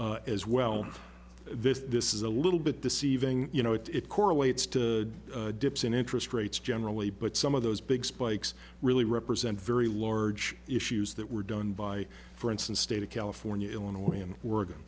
municipalities as well this is a little bit deceiving you know what it correlates to dips in interest rates generally but some of those big spikes really represent very large issues that were done by for instance state of california illinois in oregon